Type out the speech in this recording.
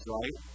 right